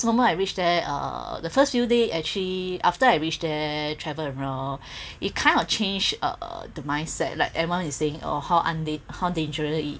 moment I reached there uh the first few day actually after I reached there travel around it kind of change uh the mindset like everyone is saying oh how dan~ how dangerous it